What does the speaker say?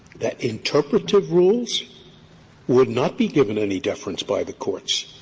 that interpretative rules would not be given any deference by the courts,